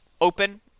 open